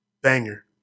Banger